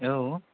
औ